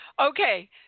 Okay